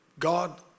God